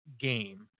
game –